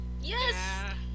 yes